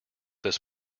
this